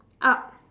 up